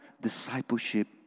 discipleship